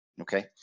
Okay